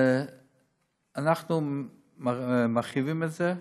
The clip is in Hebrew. אנחנו מרחיבים את זה,